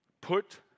Put